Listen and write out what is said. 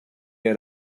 had